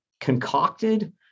concocted